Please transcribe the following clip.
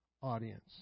audience